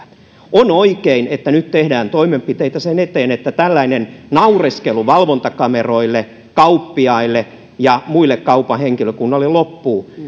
on oikein että nyt tehdään toimenpiteitä sen eteen että tällainen naureskelu valvontakameroille kauppiaille ja muulle kaupan henkilökunnalle loppuu